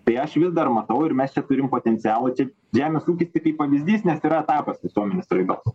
tai aš vis dar matau ir mes čia turim potencialą čia žemės ūkis tik kaip pavyzdys nes yra etapas tiesioginės raidos